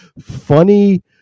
funny